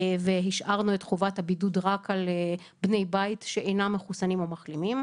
והשארנו את חובת הבידוד רק על בני בית שאינם מחוסנים או מחלימים.